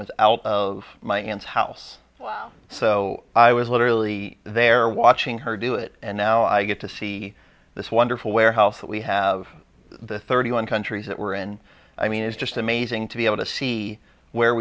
was out of my aunt's house so i was literally there watching her do it and now i get to see this wonderful warehouse that we have the thirty one countries that we're in i mean it's just amazing to be able to see where